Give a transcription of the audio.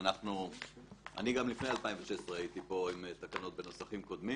גם לפני 2016 הייתי כאן עם תקנות בנוסחים קודמים